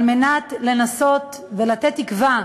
על מנת לנסות ולתת תקווה